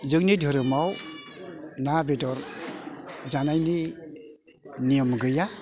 जोंनि धोरोमआव ना बेदर जानायनि नियम गैया